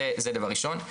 זה דבר ראשון.